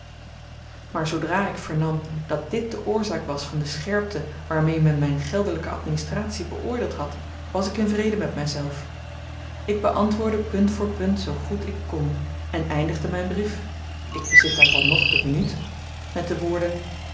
maar zoodra ik vernam dat dit de oorzaak was van de scherpte waarmee men myn geldelyke administratie beoordeeld had was ik in vrede met myzelf ik beantwoordde punt voor punt zoo goed ik kon en eindigde myn brief ik bezit daarvan nog de minuut met de woorden